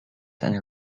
and